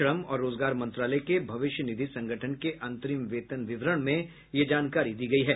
श्रम और रोजगार मंत्रालय के भविष्य निधि संगठन के अंतरिम वेतन विवरण में यह जानकारी दी गई है